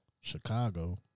Chicago